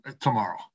tomorrow